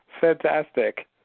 Fantastic